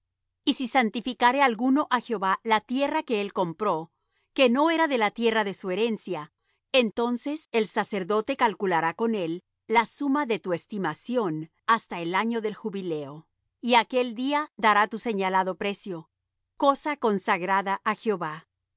y si santificare alguno á jehová la tierra que él compró que no era de la tierra de su herencia entonces el sacerdote calculará con él la suma de tu estimación hasta el año del jubileo y aquel día dará tu señalado precio cosa consagrada á jehová en